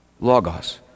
Logos